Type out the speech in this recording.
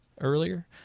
earlier